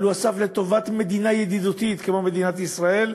אבל הוא אסף לטובת מדינה ידידותית כמו מדינת ישראל,